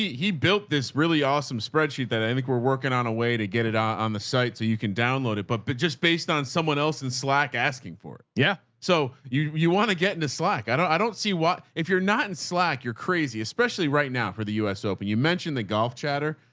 he built this really awesome spreadsheet that i think we're working on a way to get it on on the site so you can download it. but, but just based on someone else in slack asking for it. yeah. so you, you want to get into slack? i don't, i don't see why if you're not in slack, you're crazy. especially right now for the u s open. you mentioned the golf chatter.